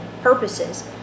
purposes